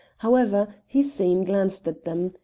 however, hussein glanced at them.